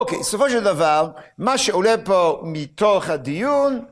אוקיי, בסופו של דבר, מה שעולה פה מתוך הדיון